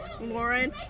Lauren